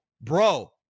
Bro